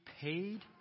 paid